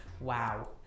Wow